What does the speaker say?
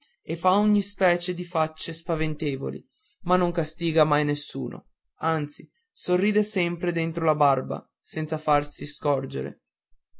e fa ogni specie di facce spaventevoli ma non castiga mai nessuno anzi sorride sempre dentro la barba senza farsi scorgere